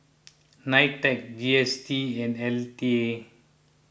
Nitec G S T and L T A